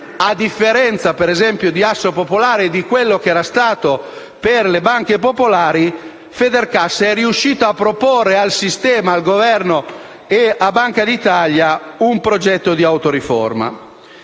A differenza, per esempio, di Assopopolari e di quanto era accaduto per le banche popolari, Federcasse è riuscito a proporre al sistema, al Governo e alla Banca d'Italia un progetto di autoriforma.